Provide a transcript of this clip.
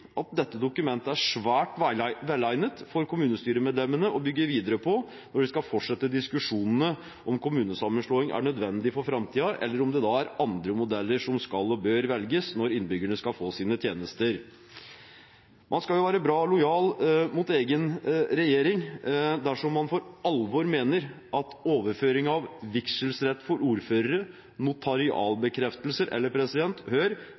at dette dokumentet er svært velegnet for kommunestyremedlemmene å bygge videre på når de skal fortsette diskusjonene om kommunesammenslåing er nødvendig for framtiden, eller om det er andre modeller som skal og bør velges når innbyggerne skal få sine tjenester. Man skal være bra lojal mot egen regjering dersom man for alvor mener at overføring av vigselsrett til ordførere, notarialbekreftelser eller – hør